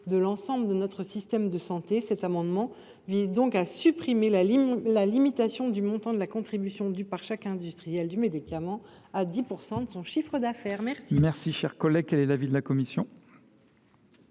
de l’ensemble de notre système de santé. Cet amendement vise donc à supprimer la limitation du montant de la contribution due par chaque industriel du médicament à 10 % de son chiffre d’affaires. Quel